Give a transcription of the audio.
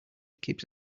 keeps